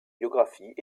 biographies